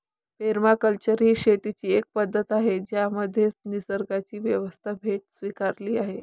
permaculture ही शेतीची एक पद्धत आहे ज्यामध्ये निसर्गाची व्यवस्था थेट स्वीकारली जाते